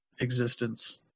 existence